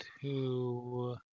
two